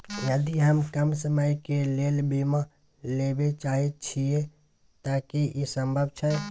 यदि हम कम समय के लेल बीमा लेबे चाहे छिये त की इ संभव छै?